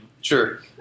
Sure